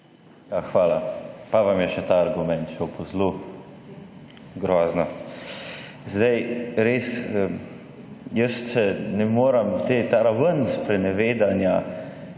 hvala. Pa vam je še ta argument šel po zlu. Grozno. Zdaj, res jaz ne morem ta raven sprenevedanja,